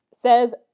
says